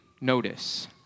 notice